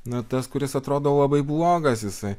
na tas kuris atrodo labai blogas jisai